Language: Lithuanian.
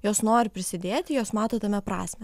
jos nori prisidėti jos mato tame prasmę